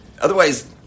otherwise